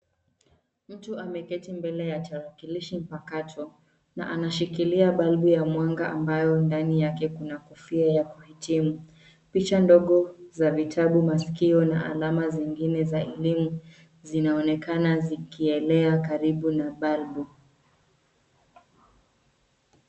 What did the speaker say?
Mtu ameketi mbele ya tarakilishi mpakato na anashikilia balbu ya mwanga ambayo ndani yake kuna kofia ya kuhitimu. Picha ndogo za vitabu, maskio na alama zingine za elimu zinaonekana zikielea karibu na balbu.